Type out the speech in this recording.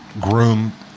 groom